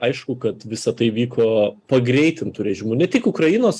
aišku kad visa tai vyko pagreitintu režimu ne tik ukrainos